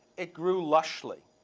it grew lushly,